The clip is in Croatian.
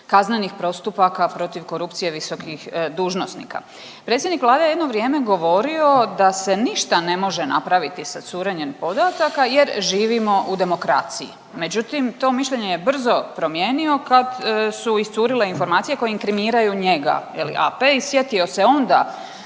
kaznenih postupaka protiv korupcije visokih dužnosnika. Predsjednik Vlade je jedno vrijeme govorio da se ništa ne može napraviti sa curenjem podataka jer živimo u demokraciji, međutim to mišljenje je brzo promijenio kad su iscurile informacije koje inkriminiraju njega je li AP i sjetio se onda